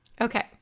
Okay